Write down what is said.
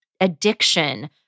addiction